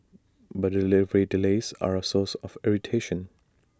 but delivery delays are A source of irritation